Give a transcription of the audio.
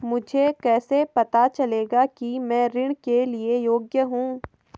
मुझे कैसे पता चलेगा कि मैं ऋण के लिए योग्य हूँ?